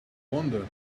wondered